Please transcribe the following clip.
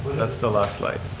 that's the last light.